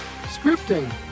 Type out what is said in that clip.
scripting